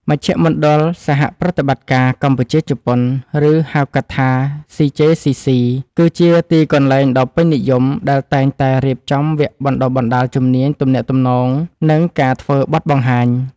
មជ្ឈមណ្ឌលសហប្រតិបត្តិការកម្ពុជា-ជប៉ុន ឬហៅកាត់ថា ស៊ី-ជេ-ស៊ី-ស៊ី គឺជាទីកន្លែងដ៏ពេញនិយមដែលតែងតែរៀបចំវគ្គបណ្ដុះបណ្ដាលជំនាញទំនាក់ទំនង និងការធ្វើបទបង្ហាញ។